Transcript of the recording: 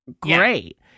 great